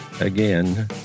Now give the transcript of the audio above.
Again